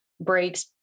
breaks